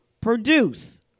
produce